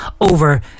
over